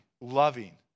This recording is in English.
loving